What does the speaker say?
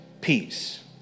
peace